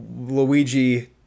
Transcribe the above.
Luigi